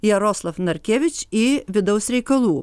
jaroslavo narkevič į vidaus reikalų